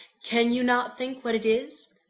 can you not think what it is?